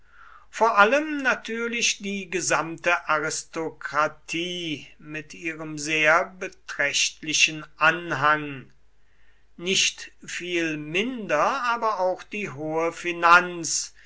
vor allem natürlich die gesamte aristokratie mit ihrem sehr beträchtlichen anhang nicht viel minder aber auch die hohe finanz